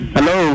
Hello